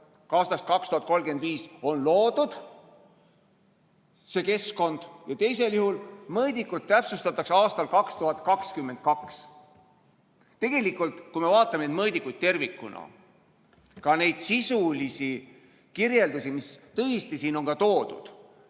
aastaks 2035 on loodud see keskkond ja teisel juhul mõõdikut täpsustatakse aastal 2022. Tegelikult, kui me vaatame neid mõõdikuid tervikuna, ka neid sisulisi kirjeldusi, mis siin on toodud,